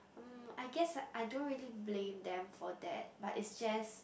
mm I guess I don't really blame them for that but it's just